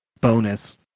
bonus